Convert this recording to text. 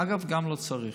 אגב, גם לא צריך,